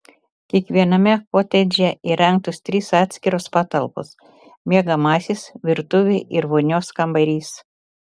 kiekviename kotedže įrengtos trys atskiros patalpos miegamasis virtuvė ir vonios kambarys